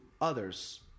others